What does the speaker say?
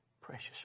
Precious